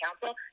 council